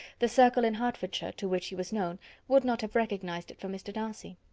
the circle in hertfordshire to which he was known would not have recognized it for mr. darcy.